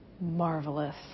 marvelous